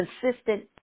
consistent